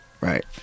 right